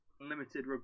limited